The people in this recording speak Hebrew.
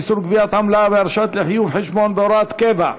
איסור גביית עמלה בהרשאה לחיוב חשבון בהוראת קבע),